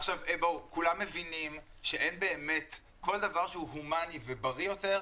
כולם מבינים באמת שכל דבר שהוא הומני ובריא יותר,